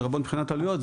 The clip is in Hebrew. לרבות מבחינת עלויות",